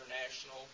International